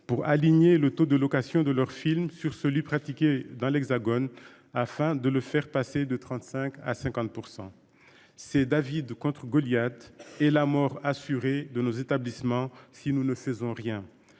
pour aligner le taux de location de leurs films sur celui pratiqué dans l'Hexagone afin de le faire passer de 35 à 50%, c'est David contre Goliath et la mort assurée de nos établissements. Si nous ne faisons rien